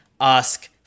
ask